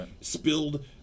Spilled